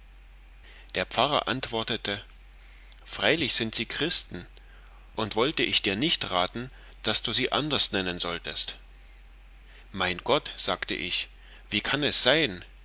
der pfarrer antwortete freilich sind sie christen und wollte ich dir nicht raten daß du sie anderst nennen solltest mein gott sagte ich wie kann es sein